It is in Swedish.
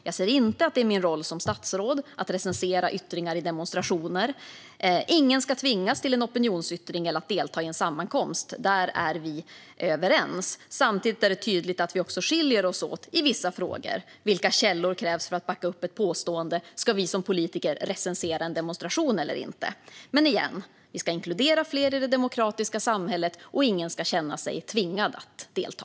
Jag ser inte att det ingår i min roll som statsråd att recensera yttringar som framkommer vid demonstrationer. Ingen ska tvingas till en opinionsyttring eller till att delta i en sammankomst; där är vi överens. Samtidigt är det tydligt att vi också skiljer oss åt i vissa frågor: vilka källor som krävs för att backa upp ett påstående och om vi som politiker ska recensera en demonstration eller inte. Men vi ska som sagt inkludera fler i det demokratiska samhället, och ingen ska känna sig tvingad att delta.